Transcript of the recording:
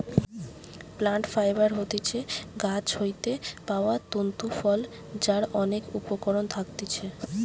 plant fibre হতিছে গাছ হইতে পাওয়া তন্তু ফল যার অনেক উপকরণ থাকতিছে